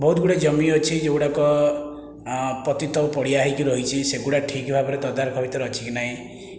ବହୁତ ଗୁଡ଼େ ଜମି ଅଛି ଯେଉଁ ଗୁଡ଼ାକ ପତିତ ପଡ଼ିଆ ହୋଇକି ରହିଛି ସେଗୁଡ଼ାକ ଠିକ ଭାବରେ ତଦାରଖ ଭିତରେ ଅଛି କି ନାହିଁ